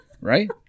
Right